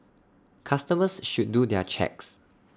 customers should do their checks